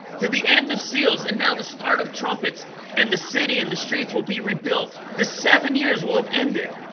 to the end of seals and now the start of trumpets and the city and the streets will be rebuilt the seven years will have ended